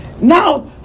now